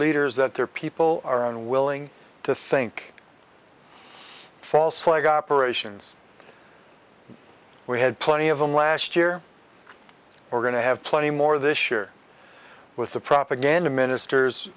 leaders that their people are unwilling to think false flag operations we had plenty of them last year we're going to have plenty more this year with the propaganda ministers